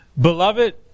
Beloved